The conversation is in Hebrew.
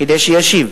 כדי שישיב.